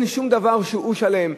אין שום דבר שהוא שלם.